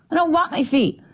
i don't want my feet.